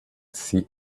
see